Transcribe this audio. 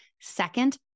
Second